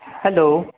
hello